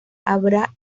habrá